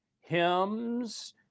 hymns